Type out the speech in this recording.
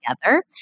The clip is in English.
together